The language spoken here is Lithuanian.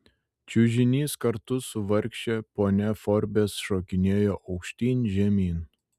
čiužinys kartu su vargše ponia forbes šokinėjo aukštyn žemyn